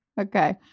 Okay